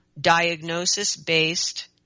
diagnosis-based